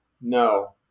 no